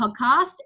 podcast